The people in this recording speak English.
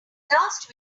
last